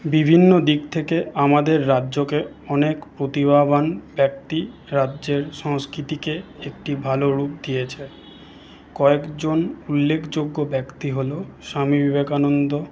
বিভিন্ন দিক থেকে আমাদের রাজ্যকে অনেক প্রতিভাবান ব্যক্তি রাজ্যের সংস্কৃতিকে একটি ভালো রূপ দিয়েছে কয়েকজন উল্লেখযোগ্য ব্যক্তি হল স্বামী বিবেকানন্দ